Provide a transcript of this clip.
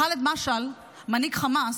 חאלד משעל, מנהיג חמאס,